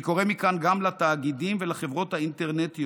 אני קורא מכאן גם לתאגידים ולחברות האינטרנט,